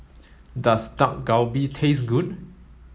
does Dak Galbi taste good